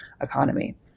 economy